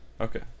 Okay